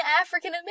African